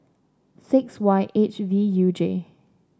six Y H V U J